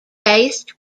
faced